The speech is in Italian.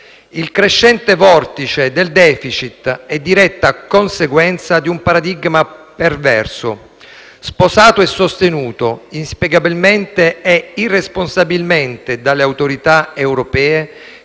Il crescente vortice del *deficit* è diretta conseguenza di un paradigma perverso, sposato e sostenuto inspiegabilmente e irresponsabilmente dalle autorità europee,